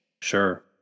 Sure